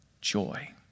joy